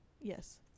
Yes